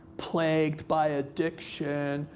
plagued by addiction,